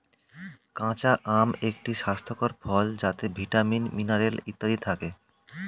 কাঁচা আম একটি স্বাস্থ্যকর ফল যাতে ভিটামিন, মিনারেল ইত্যাদি থাকে